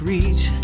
Reach